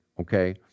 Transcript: okay